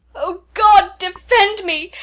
o, god defend me!